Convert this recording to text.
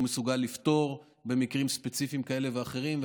הוא מסוגל לפתור במקרים ספציפיים כאלה ואחרים.